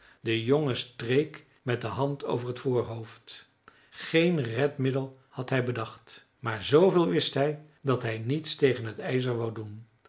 de jongen streek met de hand over het voorhoofd geen redmiddel had hij bedacht maar zooveel wist hij dat hij niets tegen het ijzer wou doen